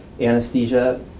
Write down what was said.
anesthesia